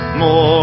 more